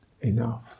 enough